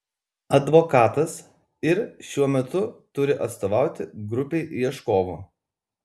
advokatas ir šiuo metu turi atstovauti grupei ieškovų